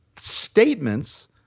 statements